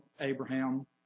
Abraham